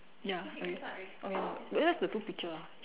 ya okay okay eh where's the two picture ah